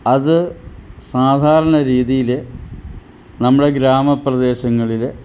അത് സാധാരണ രീതിയിൽ നമ്മുടെ ഗ്രാമപ്രദേശങ്ങളിൽ